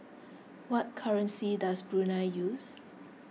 what currency does Brunei use